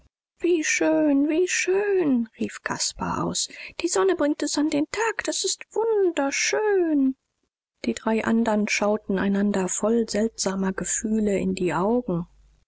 wie schön wie schön rief caspar aus die sonne bringt es an den tag das ist wunderschön die drei andern schauten einander voll seltsamer gefühle in die augen